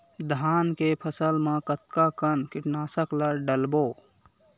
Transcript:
धान के फसल मा कतका कन कीटनाशक ला डलबो?